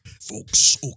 folks